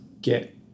get